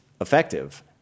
effective